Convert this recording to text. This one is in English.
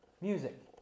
music